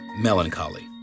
melancholy